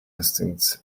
instincts